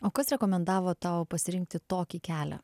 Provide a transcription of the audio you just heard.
o kas rekomendavo tau pasirinkti tokį kelią